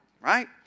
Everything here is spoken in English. right